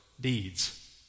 deeds